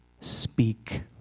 speak